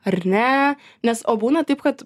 ar ne nes o būna taip kad